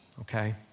okay